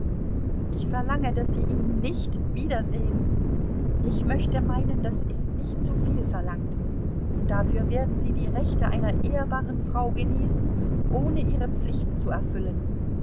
ich verlange daß sie ihn nicht wiedersehen ich möchte meinen das ist nicht zuviel verlangt und dafür werden sie die rechte einer ehrbaren frau genießen ohne ihre pflichten zu erfüllen